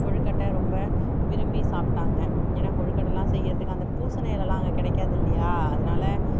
கொழுக்கட்டை ரொம்ப விரும்பி சாப்பிட்டாங்க ஏன்னால் கொழுக்கட்டைலாம் செய்கிறதுக்கு அந்த பூசணி இலை எல்லாம் அங்கே கிடைக்காதுல்லயா அதனால